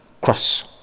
cross